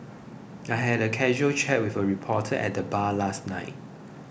I had a casual chat with a reporter at the bar last night